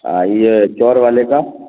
یہ چور والے کا